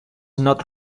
not